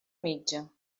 mitja